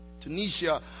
Tunisia